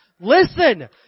Listen